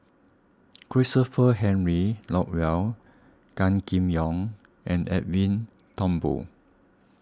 Christopher Henry Rothwell Gan Kim Yong and Edwin Thumboo